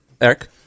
Eric